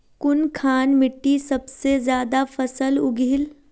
कुनखान मिट्टी सबसे ज्यादा फसल उगहिल?